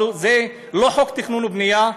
אבל זה לא חוק תכנון ובנייה,